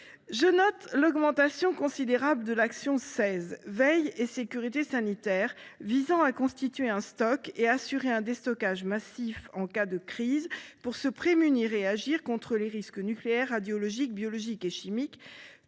Je note l’augmentation considérable des crédits dédiés à action n° 16, « Veille et sécurité sanitaire », visant à constituer un stock, et à assurer un déstockage massif en cas de crise, pour agir contre les risques nucléaires, radiologiques, biologiques et chimiques.